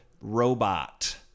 robot